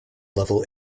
level